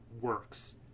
works